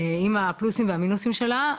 עם הפלוסים והמינוסים שלה.